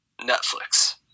Netflix